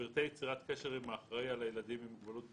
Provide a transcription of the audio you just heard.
פרטי יצירת קשר עם האחראי על הילדים עם מוגבלות בהסעה,